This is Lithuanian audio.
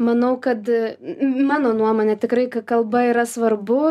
manau kad mano nuomone tikrai ka kalba yra svarbu